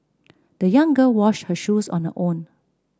the young girl washed her shoes on her own